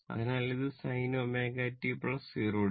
അതിനാൽ അത് sin ω t 0 o